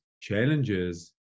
challenges